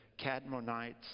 Cadmonites